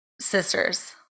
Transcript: sisters